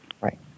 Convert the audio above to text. Right